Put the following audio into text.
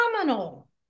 phenomenal